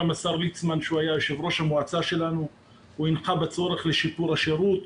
גם השר ליצמן כשהיה יו"ר המועצה שלנו הנחה בצורך לשיפור השירות.